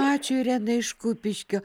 ačiū irenai iš kupiškio